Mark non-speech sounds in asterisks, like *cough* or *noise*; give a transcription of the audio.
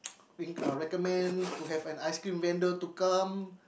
*noise* recommend to have an ice cream vendor to come